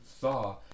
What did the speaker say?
saw